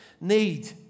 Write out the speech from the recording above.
need